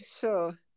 sure